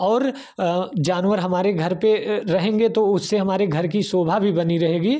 और जानवर हमारे घर पर रहेंगे तो उससे हमारे घर की शोभा भी बनी रहेगी